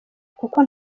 kuko